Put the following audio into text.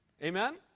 Amen